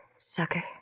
Sucker